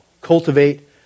Cultivate